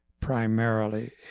primarily